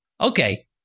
okay